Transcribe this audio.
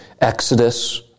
Exodus